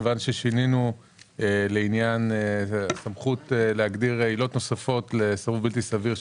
מכיוון ששינינו לעניין סמכות להגדיר עילות נוספות לסירוב בלתי סביר,